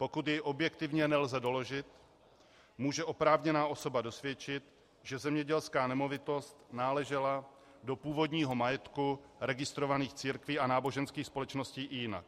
Pokud je objektivně nelze doložit, může oprávněná osoba dosvědčit, že zemědělská nemovitost náležela do původního majetku registrovaných církví a náboženských společností i jinak.